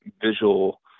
visual